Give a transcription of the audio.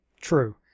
true